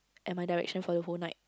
at my direction for the whole night